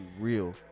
real